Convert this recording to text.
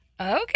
Okay